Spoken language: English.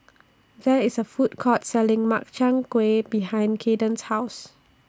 There IS A Food Court Selling Makchang Gui behind Kayden's House